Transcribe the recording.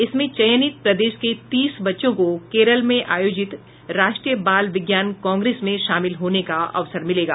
इसमें चयनित प्रदेश के तीस बच्चों को केरल में आयोजित राष्ट्रीय बाल विज्ञान कांग्रेस में शामिल होने का अवसर मिलेगा